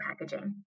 packaging